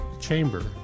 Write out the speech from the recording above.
Chamber